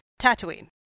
Tatooine